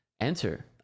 enter